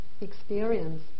experience